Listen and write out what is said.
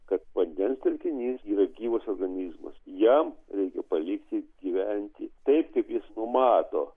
kad vandens telkinys yra gyvas organizmas jam reikia palikti gyventi taip kaip jis numato